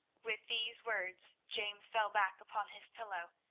with these words james fell back upon his pillow,